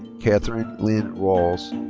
kathryn lynn rawls.